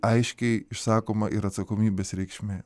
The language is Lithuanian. aiškiai išsakoma ir atsakomybės reikšmė